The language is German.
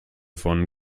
von